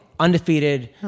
undefeated